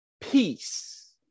peace